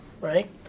Right